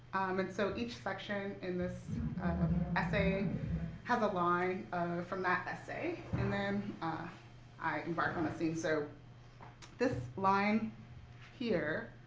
and so each section in this essay has a line from that essay. and then ah i embark on a scene. so this line here